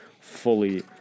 fully